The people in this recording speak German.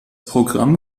programm